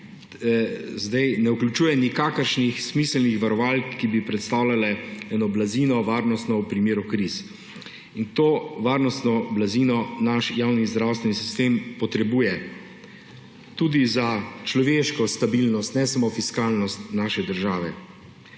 je, ne vključuje nikakršnih smiselnih varovalk, ki bi predstavljale eno varnostno blazino v primeru kriz. In to varnostno blazino naš javni zdravstveni sistem potrebuje; tudi za človeško stabilnost, ne samo fiskalnost naše države.